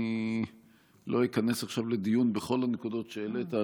אני לא איכנס עכשיו לדיון בכל הנקודות שהעלית,